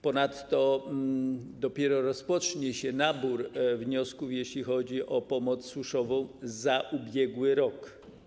Ponadto dopiero rozpocznie się nabór wniosków, jeśli chodzi o pomoc suszową za ubiegły rok.